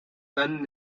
dann